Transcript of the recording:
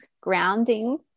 grounding